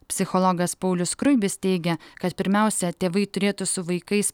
psichologas paulius skruibis teigia kad pirmiausia tėvai turėtų su vaikais